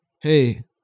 Hey